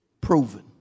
proven